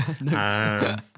No